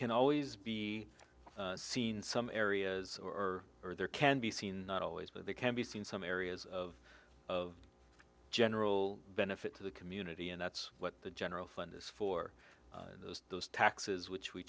can always be seen some areas or or there can be seen not always but they can be seen some areas of of general benefit to the community and that's what the general fund is for those taxes which we